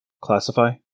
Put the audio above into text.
Classify